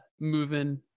moving